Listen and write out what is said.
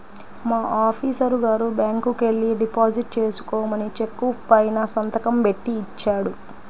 మా ఆఫీసరు గారు బ్యాంకుకెల్లి డిపాజిట్ చేసుకోమని చెక్కు పైన సంతకం బెట్టి ఇచ్చాడు